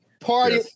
party